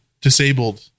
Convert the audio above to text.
disabled